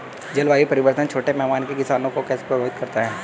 जलवायु परिवर्तन छोटे पैमाने के किसानों को कैसे प्रभावित करता है?